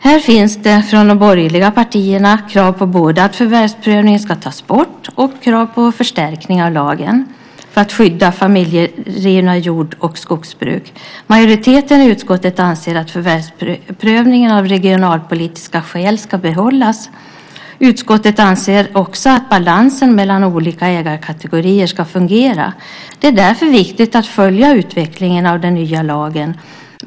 Här finns det från de borgerliga partierna krav på att förvärvsprövningen ska tas bort och på att lagen för att skydda familjedrivna jord och skogsbruk ska förstärkas. Majoriteten i utskottet anser att förvärvsprövningen av regionalpolitiska skäl ska behållas. Utskottet anser också att balansen mellan olika ägarkategorier ska fungera. Det är därför viktigt att följa utvecklingen av den nya lagen.